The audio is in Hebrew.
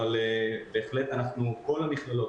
אבל בהחלט כל המכללות,